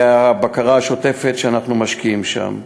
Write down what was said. והבקרה השוטפת שאנחנו משקיעים שם.